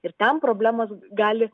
ir ten problemos gali